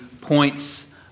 points